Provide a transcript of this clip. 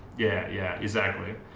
yeah, yeah, exactly.